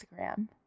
Instagram